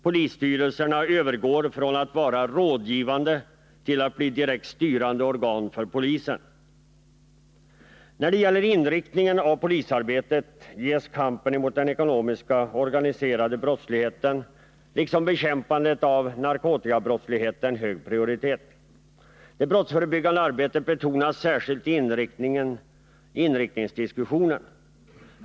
Polisstyrelserna övergår från att vara rådgivande till att bli direkt styrande organ för polisen. När det gäller inriktningen av polisarbetet ges kampen mot den ekonomiska och organiserade brottsligheten, liksom bekämpandet av narkotikabrottsligheten, hög prioritet. Det brottsförebyggande arbetet betonas särskilt i inriktningsdiskussionen.